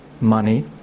money